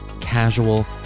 casual